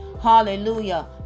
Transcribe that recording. Hallelujah